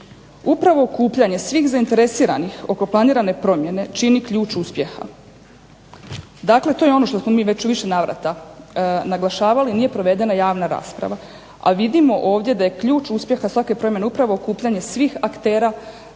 Upravo okupljanje svih zainteresiranih oko planirane promjene čini ključ uspjeha. Dakle, to je ono što smo mi već u više navrata naglašavali nije provedena javna rasprava, a vidimo ovdje da je ključ uspjeha svake promjene upravo okupljanje svih aktera,